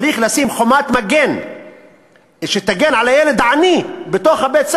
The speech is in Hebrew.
צריך לשים חומת מגן שתגן על הילד העני בבית-הספר,